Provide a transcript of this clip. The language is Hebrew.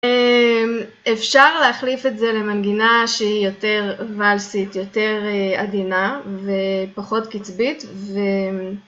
אפשר להחליף את זה למנגינה שהיא יותר ואלסית, יותר עדינה ופחות קצבית ו...